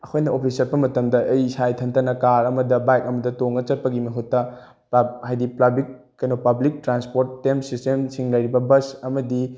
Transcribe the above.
ꯑꯩꯈꯣꯏꯅ ꯑꯣꯐꯤꯁ ꯆꯠꯄ ꯃꯇꯝꯗ ꯑꯩ ꯏꯁꯥ ꯏꯊꯟꯇꯅ ꯀꯥꯔ ꯑꯃꯗ ꯕꯥꯏꯛ ꯑꯃꯗ ꯇꯣꯡꯉꯒ ꯆꯠꯄꯒꯤ ꯃꯍꯨꯠꯇ ꯍꯥꯏꯗꯤ ꯄꯕ꯭ꯂꯤꯛ ꯀꯩꯅꯣ ꯄꯕ꯭ꯂꯤꯛ ꯇ꯭ꯔꯥꯟꯄꯣꯔꯇꯦꯠ ꯁꯤꯁꯇꯦꯝꯁꯤꯡ ꯂꯩꯔꯤꯕ ꯕꯁ ꯑꯃꯗꯤ